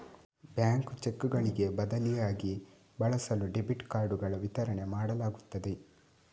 bank ಚೆಕ್ಕುಗಳಿಗೆ ಬದಲಿಯಾಗಿ ಬಳಸಲು ಡೆಬಿಟ್ ಕಾರ್ಡುಗಳ ವಿತರಣೆ ಮಾಡಲಾಗುತ್ತದೆ